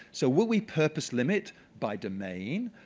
so what we purpose limit by domain,